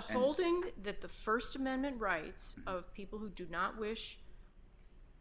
holding that the st amendment rights of people who do not wish